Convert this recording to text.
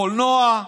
הקולנוע,